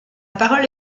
parole